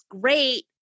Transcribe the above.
great